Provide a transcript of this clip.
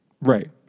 Right